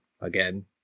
again